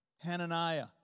Hananiah